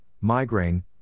migraine